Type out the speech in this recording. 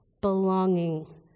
belonging